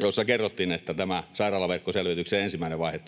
jossa kerrottiin, että tämä sairaalaverkkoselvityksen ensimmäinen vaihe